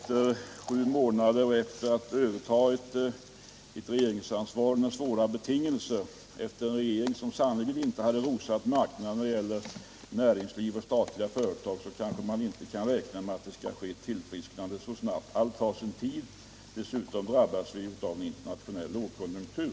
Herr talman! Efter att i sju månader ha haft en regering, som övertagit ansvaret under svåra betingelser efter en regering. vilken sannerligen inte hade rosat marknaden när det gäller näringsliv och statliga företag, kan man inte räkna med att ett ekonomiskt tillfrisknande skall ske så snabbt. Allt tar sin tid. Dessutom har vi drabbats av en internationell lågkonjunktur.